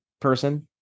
person